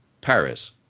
Paris